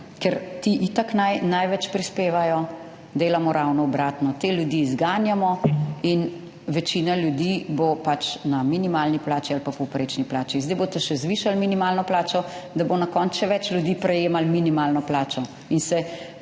ker ti itak največ prispevajo, delamo ravno obratno, te ljudi izganjamo in večina ljudi bo na minimalni plači ali pa povprečni plači. Zdaj boste še zvišali minimalno plačo, da bo na koncu še več ljudi prejemalo minimalno plačo in se